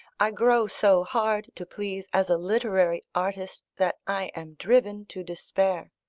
i grow so hard to please as a literary artist, that i am driven to despair.